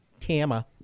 Tama